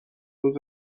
روز